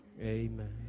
amen